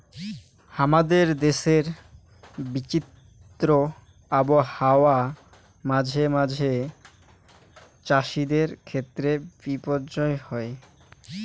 হামাদের দেশের বিচিত্র আবহাওয়া মাঝে মাঝে চ্যাসিদের ক্ষেত্রে বিপর্যয় হই